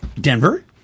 Denver